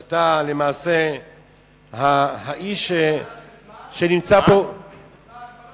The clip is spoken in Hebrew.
אתה למעשה האיש שנמצא פה, זה ללא הגבלה של זמן?